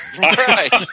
Right